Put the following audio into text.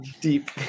Deep